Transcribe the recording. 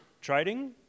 trading